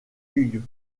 hugues